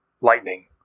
Lightning